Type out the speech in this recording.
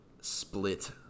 split